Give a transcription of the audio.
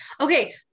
Okay